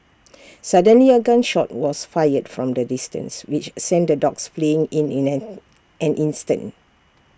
suddenly A gun shot was fired from A distance which sent the dogs fleeing in in an an instant